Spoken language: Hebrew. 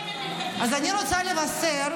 אז אני רוצה לבשר